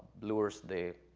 lowers the